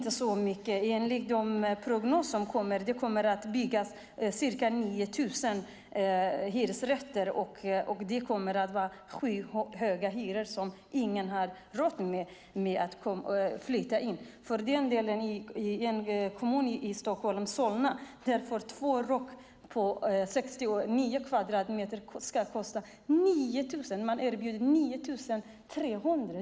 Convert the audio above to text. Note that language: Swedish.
Enligt prognosen kommer det att byggas ca 9 000 hyresrätter. Det kommer att vara skyhöga hyror som ingen har råd med. I Solna kommun i Stockholm kommer tvåor på 69 kvadratmeter att kosta 9 300 kronor.